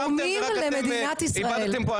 כל אזרחי ישראל תורמים למדינת ישראל,